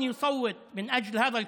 (חוזר על המשפט בערבית.)